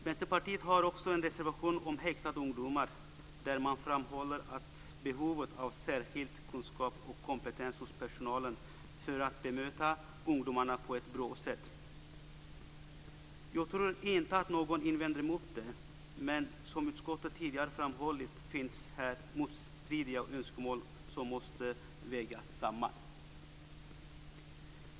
Vänsterpartiet har också en reservation om häktade ungdomar, i vilken man framhåller behovet av särskild kunskap och kompetens hos personalen för att bemöta ungdomarna på ett bra sätt. Jag tror inte att någon invänder mot det. Men som utskottet tidigare framhållit finns det i detta sammanhang motstridiga önskemål som måste vägas samman.